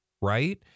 right